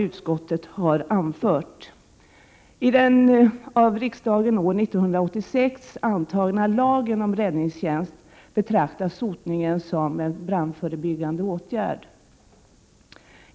Utskottet har anfört: I den av riksdagen år 1986 antagna lagen om räddningstjänst betraktas sotningen som en brandförebyggande åtgärd.